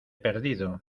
perdido